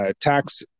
tax